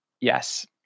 Yes